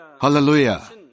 Hallelujah